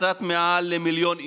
קצת מעל מיליון איש,